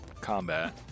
combat